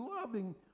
loving